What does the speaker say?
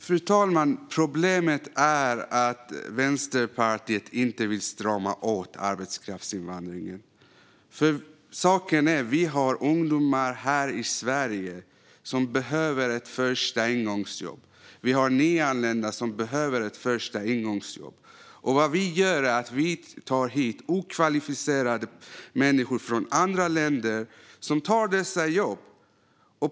Fru talman! Problemet är att Vänsterpartiet inte vill strama åt arbetskraftsinvandringen. Saken är den att vi har ungdomar här i Sverige som behöver ett första ingångsjobb. Vi har nyanlända som behöver ett första ingångsjobb. Vad vi gör då är att ta hit okvalificerade människor från andra länder som tar dessa jobb.